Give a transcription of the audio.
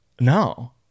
No